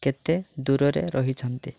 କେତେ ଦୂରରେ ରହିଛନ୍ତି